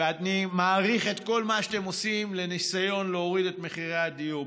ואני מעריך את כל מה שאתם עושים בניסיון להוריד את מחירי הדיור.